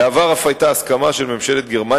העמותה פועלת מול ועם משרדך.